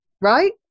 right